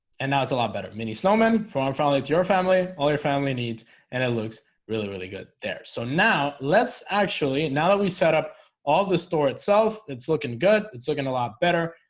and now it's a lot better mini snowmen from um family to your family all your family needs and it looks really really good there so now let's actually now that we set up all the store itself. it's looking good it's looking a lot better.